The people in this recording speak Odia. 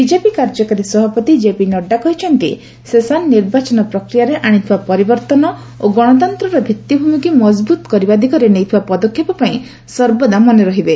ବିଜେପି କାର୍ଯ୍ୟକାରୀ ସଭାପତି ଜେପି ନଡ୍ଜା କହିଛନ୍ତି ଶେଷାନ ନିର୍ବାଚନ ପ୍ରକ୍ରିୟାରେ ଆଶିଥିବା ପରିବର୍ତ୍ତନ ଓ ଗଣତନ୍ତ୍ରର ଭିଭିଭୂମିକୁ ମଜବୁତ କରିବା ଦିଗରେ ନେଇଥିବା ପଦକ୍ଷେପ ପାଇଁ ସର୍ବଦା ମନେ ରହିବେ